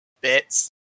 bits